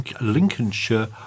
Lincolnshire